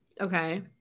Okay